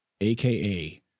aka